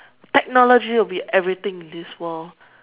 technology will be everything in this world